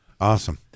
Awesome